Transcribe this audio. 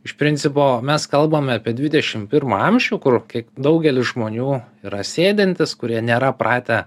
iš principo mes kalbame apie dvidešim pirmą amžių kur kiek daugelis žmonių yra sėdintys kurie nėra pratę